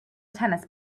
tennis